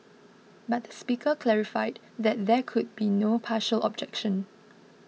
but Speaker clarified that there could be no partial objection